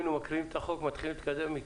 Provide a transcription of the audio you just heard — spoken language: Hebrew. היינו מקריאים את החוק ומתחילים להתקדם איתו.